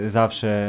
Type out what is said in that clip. zawsze